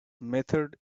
method